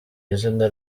izina